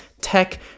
tech